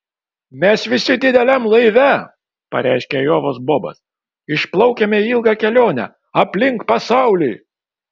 mes visi dideliam laive pareiškė ajovos bobas išplaukiame į ilgą kelionę aplink pasaulį